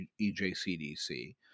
EJCDC